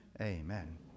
Amen